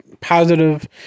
positive